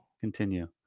Continue